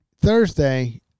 thursday